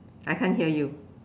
I can't hear you